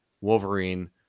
Wolverine